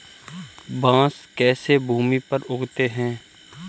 बांस कैसे भूमि पर उगते हैं?